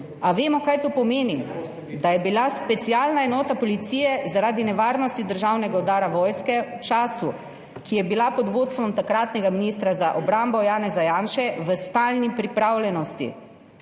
A vemo, kaj to pomeni, da je bila specialna enota policije zaradi nevarnosti državnega udara vojske v času, ko je bila pod vodstvom takratnega ministra za obrambo Janeza Janše, v stalni pripravljenosti?